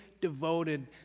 devoted